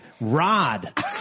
rod